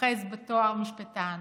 אוחז בתואר משפטן.